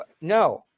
no